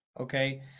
Okay